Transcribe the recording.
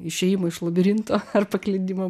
išėjimą iš labirinto paklydimą